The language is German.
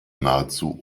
nahezu